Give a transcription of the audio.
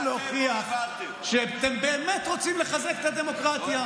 להוכיח שאתם באמת רוצים לחזק את הדמוקרטיה,